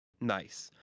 Nice